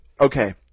okay